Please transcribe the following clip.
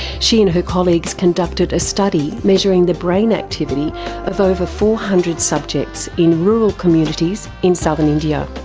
she and her colleagues conducted a study, measuring the brain activity of over four hundred subjects in rural communities in southern india.